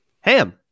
ham